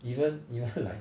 even even like